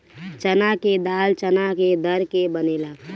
चना के दाल चना के दर के बनेला